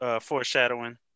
foreshadowing